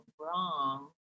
wrong